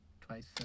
twice